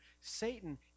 Satan